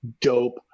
dope